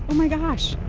my gosh.